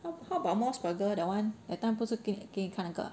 how how about mos burger that one that time 不是给你给你看那个 ah